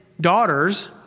daughters